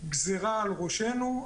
גזירה על ראשנו.